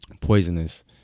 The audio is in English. poisonous